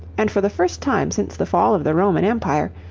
and for the first time since the fall of the roman empire,